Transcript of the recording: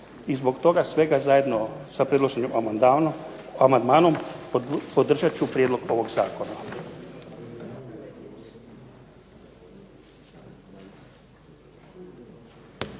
I zbog toga svega zajedno sa predloženim amandmanom podržat ću Prijedlog ovog zakona.